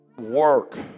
work